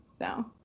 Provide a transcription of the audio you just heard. no